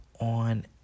on